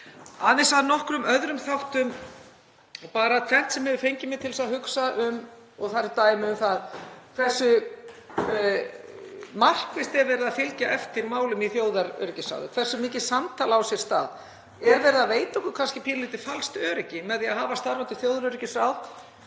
Aðeins að nokkrum öðrum þáttum og bara tvennt sem hefur fengið mig til að hugsa og það eru dæmi um það hversu markvisst er verið að fylgja eftir málum í þjóðaröryggisráði. Hversu mikið samtal á sér stað? Er verið að veita okkur kannski pínulítið falskt öryggi með því að hafa starfandi þjóðaröryggisráð